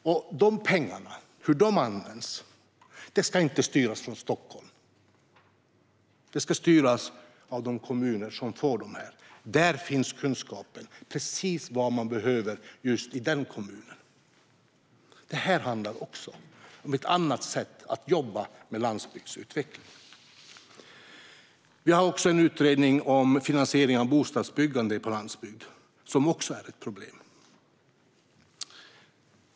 Hur de pengarna används ska inte styras från Stockholm. Det ska styras av de kommuner som får del av dessa pengar. Där finns kunskapen om vad man precis behöver i just den kommunen. Detta handlar också om ett annat sätt att jobba med landsbygdsutveckling. Vi har också en utredning om finansiering av bostadsbyggande på landsbygd. Det är också ett problem.